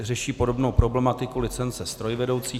Řeší podobnou problematiku licence strojvedoucích.